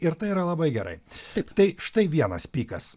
ir tai yra labai gerai tiktai štai vienas pykas